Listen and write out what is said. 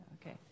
Okay